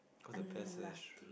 what is the best slash